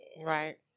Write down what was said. right